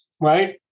right